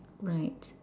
right